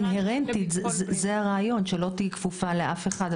אינהרנטית זה הרעיון, שלא תהיי כפופה לאף אחד.